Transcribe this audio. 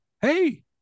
Hey